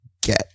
get